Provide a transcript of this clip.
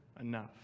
enough